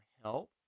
help